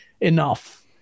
enough